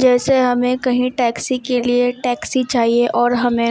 جیسے ہمیں کہیں ٹیکسی کے لیے ٹیکسی چاہیے اور ہمیں